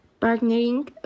Partnering